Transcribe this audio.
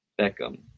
beckham